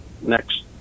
next